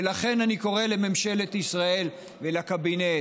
ולכן אני קורא לממשלת ישראל ולקבינט: